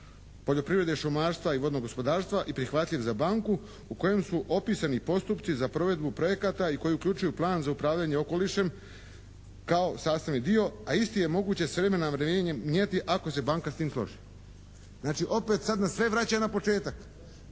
poljoprivrede, šumarstva i vodnog gospodarstva i prihvatljiv za banku u kojem su opisani postupci za provedbu projekata i koji uključuju plan za upravljanje okolišem kao sastavni dio, a isti je moguće s vremena na vrijeme mijenjati ako se banka s tim složi. Znači opet sad nas sve vraća na početak.